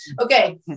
Okay